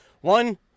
One